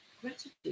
gratitude